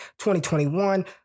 2021